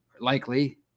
likely